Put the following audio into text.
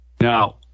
Now